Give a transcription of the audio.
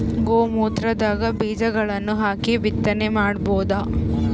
ಗೋ ಮೂತ್ರದಾಗ ಬೀಜಗಳನ್ನು ಹಾಕಿ ಬಿತ್ತನೆ ಮಾಡಬೋದ?